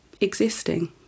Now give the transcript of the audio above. existing